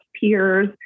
peers